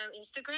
Instagram